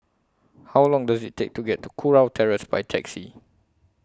How Long Does IT Take to get to Kurau Terrace By Taxi